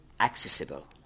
accessible